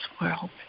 world